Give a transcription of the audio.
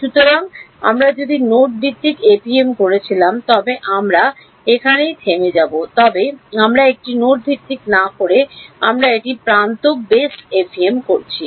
সুতরাং আমরা যদি নোড ভিত্তিক এফইএম করছিলাম তবে আমরা এখানেই থেমে যাব তবে আমরা একটি নোড ভিত্তিক না করে আমরা একটি প্রান্ত বেস এফএম করছি